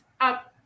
up